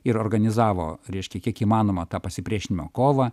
ir organizavo reiškia kiek įmanoma tą pasipriešinimo kovą